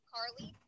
Carly